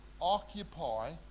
occupy